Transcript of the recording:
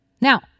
Now